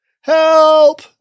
help